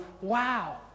wow